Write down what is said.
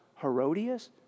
Herodias